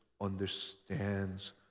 understands